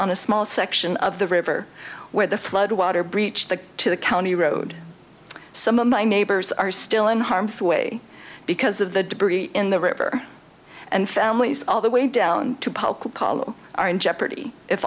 on a small section of the river where the floodwater breached the to the county road some of my neighbors are still in harm's way because of the debris in the river and families all the way down to paul could call are in jeopardy if